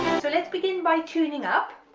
so let's begin by tuning up,